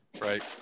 Right